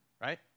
Right